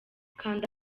kanda